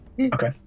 okay